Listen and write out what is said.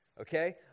Okay